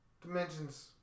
Dimensions